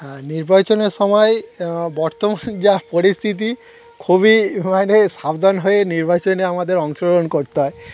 হ্যা নির্বাচনের সময় বর্তমান যা পরিস্থিতি খুবই মানে সাবধান হয়ে নির্বাচনে আমাদের অংশগ্রহণ করতে হয়